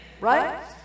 Right